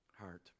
heart